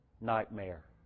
nightmare